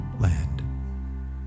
land